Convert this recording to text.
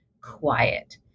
quiet